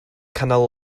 canol